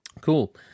Cool